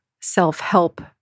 self-help